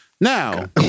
Now